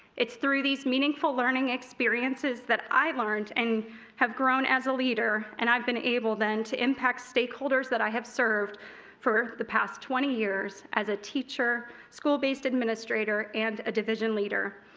it's through these meaningful learning experiences that i learned and have grown as a leader and i have been able then to impact stakeholders that i have served for the past twenty years as a teacher, school-based administrator and division leader.